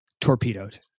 torpedoed